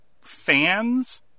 fans